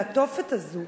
מהתופת הזה.